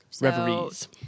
Reveries